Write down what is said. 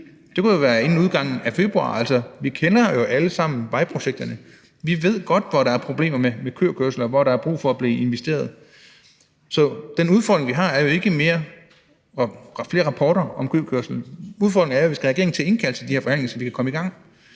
Det kunne jo være inden udgangen af februar. Vi kender jo alle sammen vejprojekterne. Vi ved godt, hvor der er problemer med køkørsel, og hvor der er brug for at der bliver investeret. Så den udfordring, vi har, er jo ikke at få flere rapporter om køkørslen. Udfordringen er, at vi skal have regeringen til at indkalde til de her forhandlinger, så vi kan komme i gang.